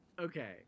Okay